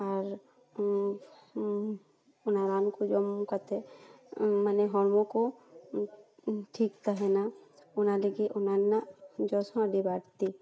ᱟᱨ ᱚᱱᱟ ᱨᱟᱱ ᱠᱚ ᱡᱚᱢ ᱠᱟᱛᱮ ᱢᱟᱱᱮ ᱦᱚᱲᱢᱚ ᱠᱚ ᱴᱷᱤᱠ ᱛᱟᱦᱮᱸᱱᱟ ᱚᱱᱟ ᱞᱟᱹᱜᱤᱫ ᱚᱱᱟ ᱨᱮᱱᱟᱜ ᱡᱚᱥ ᱦᱚᱸ ᱟᱹᱰᱤ ᱵᱟᱹᱲᱛᱤ